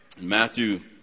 Matthew